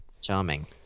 charming